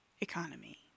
economy